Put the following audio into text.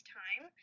time